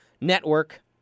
network